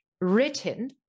written